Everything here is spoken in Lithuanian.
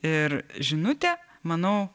ir žinutė manau